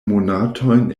monatojn